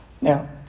Now